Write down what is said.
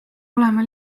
olema